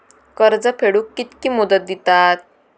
कर्ज फेडूक कित्की मुदत दितात?